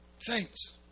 Saints